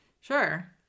sure